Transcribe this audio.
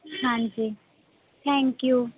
ਹਾਂਜੀ thank you